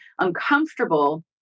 uncomfortable